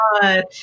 God